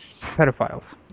pedophiles